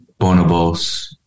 Bonobos